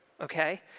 Okay